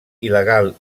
il·legal